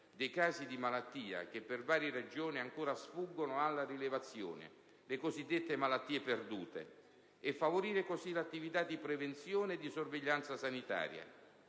dei casi di malattia che, per varie ragioni, ancora sfuggono alla rilevazione - le cosiddette malattie perdute - e favorire così l'attività di prevenzione e di sorveglianza sanitaria.